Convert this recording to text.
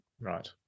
Right